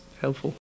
helpful